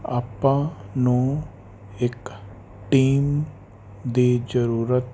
ਆਪਾਂ ਨੂੰ ਇੱਕ ਟੀਮ ਦੀ ਜ਼ਰੂਰਤ